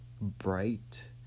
bright